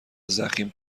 ضخیم